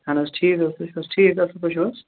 اہن حظ ٹھیٖک حظ تُہۍ چھُو حظ ٹھیٖک اصٕل پٲٹھۍ چھُو حظ